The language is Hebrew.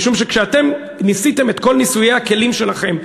משום שכשאתם ניסיתם את כל ניסויי הכלים שלכם,